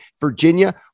Virginia